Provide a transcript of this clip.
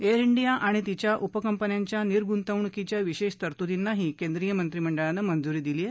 air India आणि तिच्या उपकंपन्यांच्या निर्गुतवणुकीच्या विशेष तरतुर्दीनाही केंद्रीय मंत्रिमंडळानं मंजुरी दिली आहे